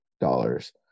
dollars